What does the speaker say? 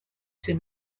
ses